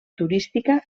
turística